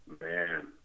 Man